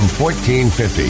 1450